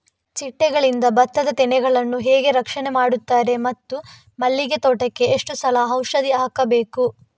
ಚಿಟ್ಟೆಗಳಿಂದ ಭತ್ತದ ತೆನೆಗಳನ್ನು ಹೇಗೆ ರಕ್ಷಣೆ ಮಾಡುತ್ತಾರೆ ಮತ್ತು ಮಲ್ಲಿಗೆ ತೋಟಕ್ಕೆ ಎಷ್ಟು ಸಲ ಔಷಧಿ ಹಾಕಬೇಕು?